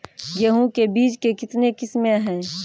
गेहूँ के बीज के कितने किसमें है?